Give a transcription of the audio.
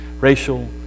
racial